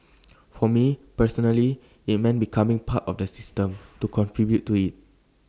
for me personally IT meant becoming part of the system to contribute to IT